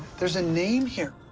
there's a name here.